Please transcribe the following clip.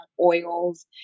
oils